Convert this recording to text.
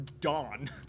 dawn